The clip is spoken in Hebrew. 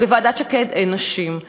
אבל בוועדת שקד אין נשים.